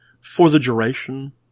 for-the-duration